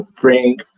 bring